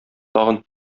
тагын